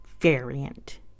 variant